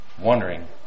wondering